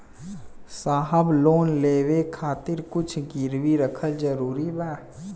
साहब लोन लेवे खातिर कुछ गिरवी रखल जरूरी बा?